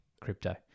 crypto